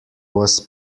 was